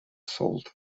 salt